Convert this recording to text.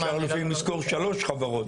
אבל אפשר לפעמים לשכור שלוש חברות,